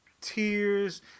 tears